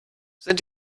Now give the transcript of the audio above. sind